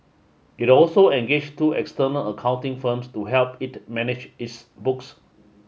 it also engaged two external accounting firms to help it manage its books